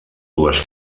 dues